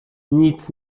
nic